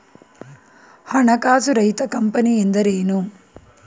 ಹಣಕಾಸು ರಹಿತ ಕಂಪನಿ ಎಂದರೇನು?